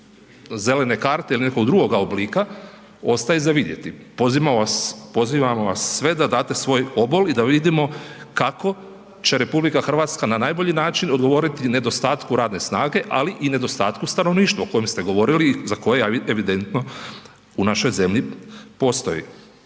zelene karte ili nekoga drugoga oblika, ostaje za vidjeti. Pozivamo vas sve da date svoj obol i da vidimo kako će RH na najbolji način odgovoriti nedostatku radne snage, ali i nedostatku stanovništva o kojem ste govorili za koje evidentno u našoj zemlji postoji.